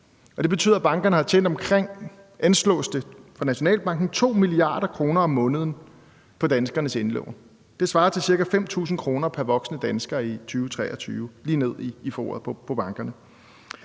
det fra Nationalbankens side, 2 mia. kr. om måneden på danskernes indlån. Det svarer til ca. 5.000 kr. per voksne dansker i 2023,